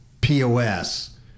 POS